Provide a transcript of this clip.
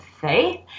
faith